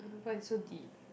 why you so deep